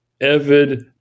Evid